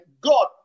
God